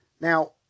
Now